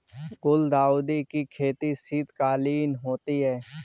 गुलदाउदी की खेती शीतकालीन होती है